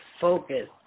focus